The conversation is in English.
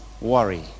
worry